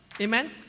Amen